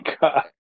god